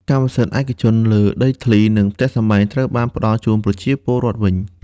កម្មសិទ្ធិឯកជនលើដីធ្លី និងផ្ទះសម្បែងត្រូវបានផ្តល់ជូនប្រជាពលរដ្ឋវិញ។